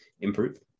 improve